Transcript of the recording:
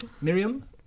miriam